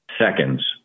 Seconds